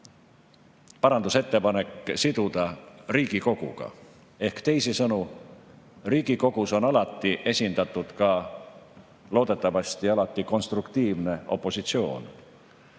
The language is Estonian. parandusettepanek Riigikoguga. Teisisõnu, Riigikogus on alati esindatud – loodetavasti alati konstruktiivne – opositsioon.